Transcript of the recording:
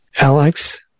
alex